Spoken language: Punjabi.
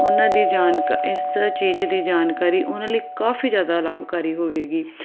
ਉਹਨਾਂ ਦੀ ਜਾਨਕ ਇਸ ਚੀਜ਼ ਦੀ ਜਾਣਕਾਰੀ ਉਹਨਾਂ ਲਈ ਕਾਫੀ ਜ਼ਿਆਦਾ ਲਾਭਕਾਰੀ ਹੋਵੇਗੀ